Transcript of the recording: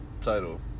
title